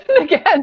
again